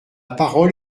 parole